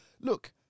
look